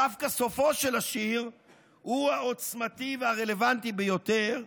דווקא סופו של השיר הוא העוצמתי והרלוונטי ביותר,